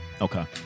Okay